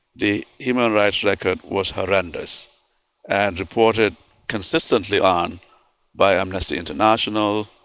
the human rights record was horrendous and reported consistently on by amnesty international,